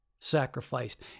sacrificed